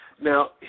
Now